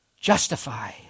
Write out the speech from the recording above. justify